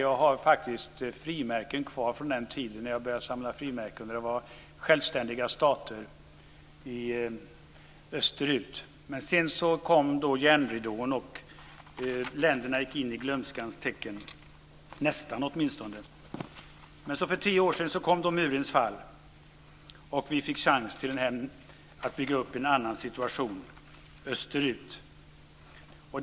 Jag har faktiskt frimärken kvar från den tiden då jag började samla frimärken och det fanns självständiga stater österut. Sedan kom järnridån, och länderna gick in i glömskans töcken - nästan, åtminstone. Men för tio år sedan kom då murens fall, och vi fick chansen att bygga upp en annan situation österut.